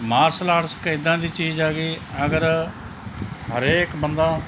martial arts ਇੱਕ ਇੱਦਾਂ ਦੀ ਚੀਜ਼ ਆ ਗਈ ਅਗਰ ਹਰੇਕ ਬੰਦਾ